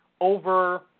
over